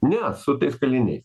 ne su tais kaliniais